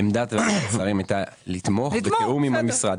עמדת השרים הייתה לתמוך בתיאום עם המשרד.